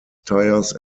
tires